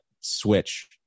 switch